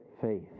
faith